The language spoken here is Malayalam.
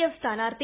എഫ് സ്ഥാനാർത്ഥി